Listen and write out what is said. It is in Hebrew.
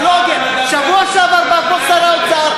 בשבוע שעבר בא לפה שר האוצר,